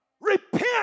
Repent